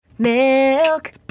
Milk